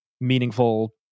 meaningful